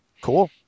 Cool